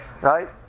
right